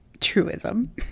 truism